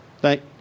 Thank